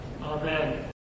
Amen